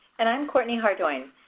and i am courtney hardoin.